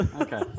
Okay